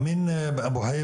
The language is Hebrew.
אמין אבו חייה,